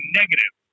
negative